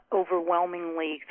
overwhelmingly